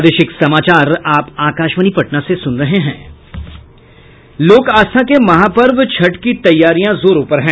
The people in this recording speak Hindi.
लोक आस्था के महापर्व छठ की तैयारियां जोरों पर है